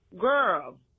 girl